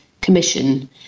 Commission